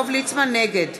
נגד